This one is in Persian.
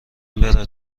بره